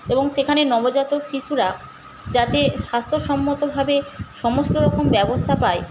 এবং সেখানে নবজাতক শিশুরা যাতে স্বাস্থ্যসম্মত ভাবে সমস্ত রকম ব্যবস্থা পায়